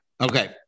Okay